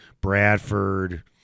Bradford